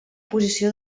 posició